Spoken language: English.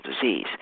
disease